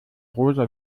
rosa